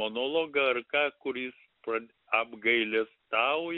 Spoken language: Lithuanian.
monologą ar ką kur jis apgailestauja